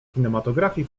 kinematografii